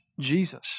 Jesus